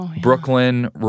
Brooklyn